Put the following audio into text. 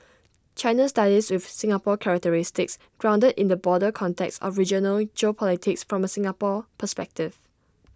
China studies with Singapore characteristics grounded in the broader context of regional geopolitics from A Singapore perspective